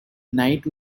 night